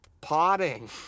potting